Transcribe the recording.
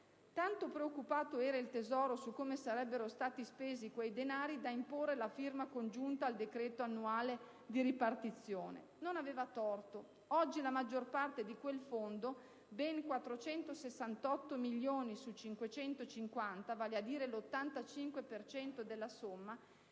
Tanto preoccupato era il Tesoro su come sarebbero stati spesi quei denari da imporre la firma congiunta al decreto annuale di ripartizione. Non aveva torto. Oggi la maggior parte di quel Fondo - ben 468 milioni su 550, vale a dire l'85 per cento